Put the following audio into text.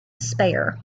speyer